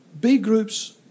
B-groups